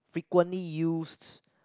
frequently used